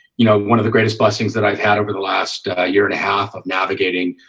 you know, one of the greatest blessings that i've had over the last year and a half of navigating